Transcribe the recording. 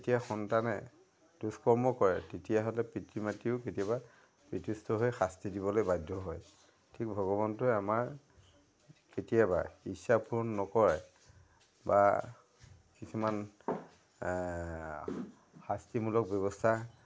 যেতিয়া সন্তানে দুস্কৰ্ম কৰে তেতিয়াহ'লে পিতৃ মাতৃয়েও কেতিয়াবা বিতুষ্ট হৈ শাস্তি দিবলৈ বাধ্য হয় ঠিক ভগৱন্তই আমাৰ কেতিয়াবা ইচ্ছা পূৰণ নকৰে বা কিছুমান শাস্তিমূলক ব্যৱস্থা